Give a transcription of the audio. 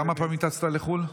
כמה פעמים טסת לחו"ל?